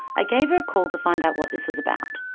i gave her a call to find out what this was about.